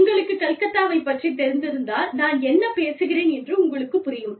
உங்களுக்குக் கல்கத்தாவைப் பற்றித் தெரிந்திருந்தால் நான் என்ன பேசுகிறேன் என்று உங்களுக்குத் புரியும்